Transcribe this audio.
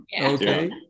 Okay